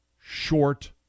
short